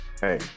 Hey